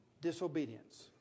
disobedience